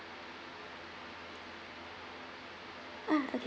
ah okay